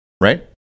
Right